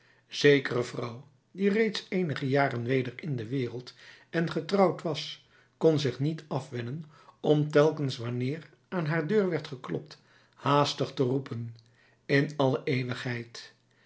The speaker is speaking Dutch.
zekere vrouw die reeds eenige jaren weder in de wereld en getrouwd was kon zich niet afwennen om telkens wanneer aan haar deur werd geklopt haastig te roepen in alle eeuwigheid